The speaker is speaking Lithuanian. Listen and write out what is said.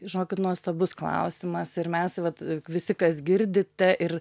žinokit nuostavus klausimas ir mes vat visi kas girdite ir